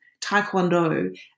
Taekwondo